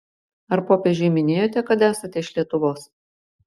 ar popiežiui minėjote kad esate iš lietuvos